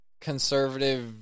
conservative